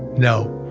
no.